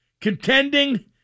Contending